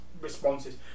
responses